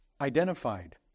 identified